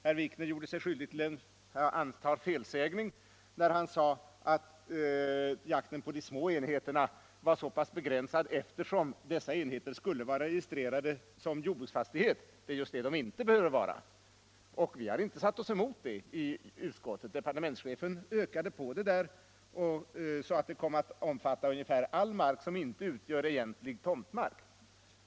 Herr Wikner gjorde sig skyldig, antar jag, till felsägning när han sade att jakten på de små enheterna var så pass begränsad eftersom dessa enheter skulle vara registrerade som jordbruksfastighet. Det är just det de inte behöver vara, och vi har inte satt oss emot det i utskottet. Departementschefen ökade ut arbetsgruppens förslag så att det kom att omfatta all mark som inte utgör egentlig tomtmark.